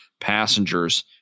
passengers